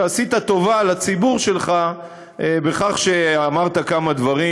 ועשית טובה לציבור שלך בכך שאמרת כמה דברים,